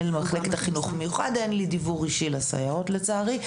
אין לי דיבור אישי לסייעות לצערי.